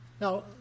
Now